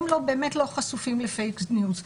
הם לא חשופים ל"פייק ניוז".